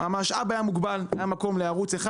המשאב היה מוגבל היה מקום לערוץ אחד,